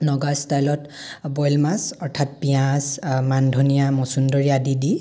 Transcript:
নগা ষ্টাইলত বইল মাছ অৰ্থাৎ পিয়াঁজ মানধনিয়া মচুন্দৰী আদি দি